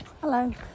Hello